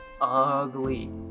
ugly